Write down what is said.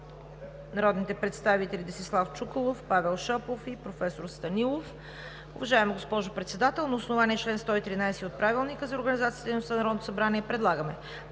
народните представители Десислав Чуколов, Павел Шопов и професор Станилов: „Уважаема госпожо Председател, на основание чл. 113 от Правилника за организацията и дейността на Народното събрание предлагаме